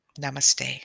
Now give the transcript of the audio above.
Namaste